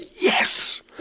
Yes